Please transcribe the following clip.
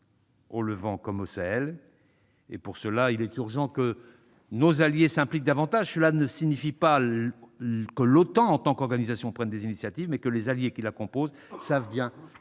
au Levant comme au Sahel. Pour cela, il est urgent que nos alliés s'impliquent davantage. Cela ne signifie pas automatiquement que l'OTAN en tant qu'organisation doive prendre des initiatives, mais les alliés qui la composent savent bien